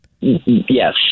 Yes